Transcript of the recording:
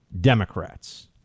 Democrats